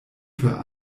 für